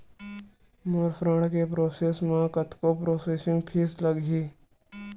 मोर ऋण के प्रोसेस म कतका प्रोसेसिंग फीस लगही?